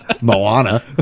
Moana